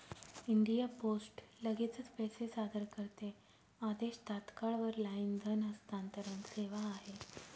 India post लगेचच पैसे सादर करते आदेश, तात्काळ वर लाईन धन हस्तांतरण सेवा आहे